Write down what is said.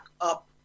up